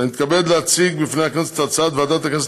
אני מתכבד להציג בפני הכנסת את הצעת ועדת הכנסת